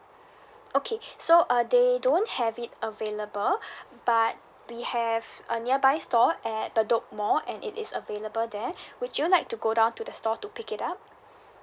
okay so uh they don't have it available but we have a nearby store at bedok mall and it is available there would you like to go down to the store to pick it up